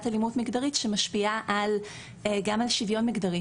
אלימות מגדרית שמשפיעה גם על שוויון מגדרי,